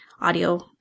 audio –